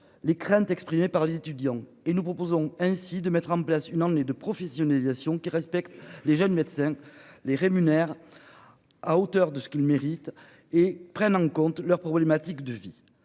les craintes exprimées par les étudiants et nous proposons ainsi de mettre en place une emmené de professionnalisation qui respecte les jeunes médecins les rémunère. À hauteur de ce qu'ils méritent et prennent en compte leur problématiques de vie